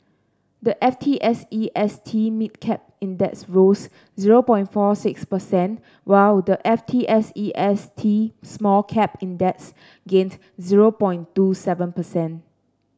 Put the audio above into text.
the F T S E S T Mid Cap Index rose zero point four six percent while the F T S E S T Small Cap Index gained zero point two seven percent